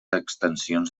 extensions